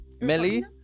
Melly